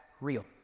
real